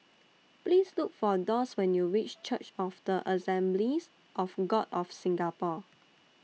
Please Look For Doss when YOU REACH Church of The Assemblies of God of Singapore